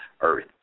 earth